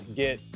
get